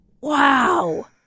Wow